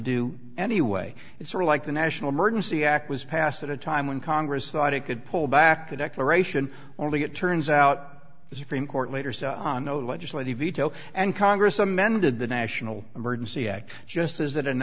do anyway it's sort of like the national emergency act was passed at a time when congress thought it could pull back the declaration only it turns out the supreme court later on no legislative veto and congress amended the national emergency act just as